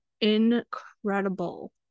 incredible